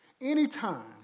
Anytime